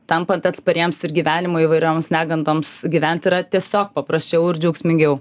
tampant atspariems ir gyvenimo įvairioms negandoms gyvent yra tiesiog paprasčiau ir džiaugsmingiau